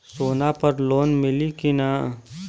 सोना पर लोन मिली की ना?